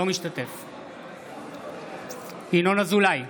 אינו משתתף בהצבעה ינון אזולאי,